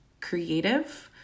Creative